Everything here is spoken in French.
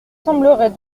semblerait